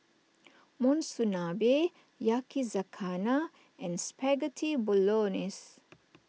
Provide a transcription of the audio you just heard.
Monsunabe Yakizakana and Spaghetti Bolognese